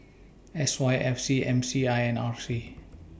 S Y F C M C I and R C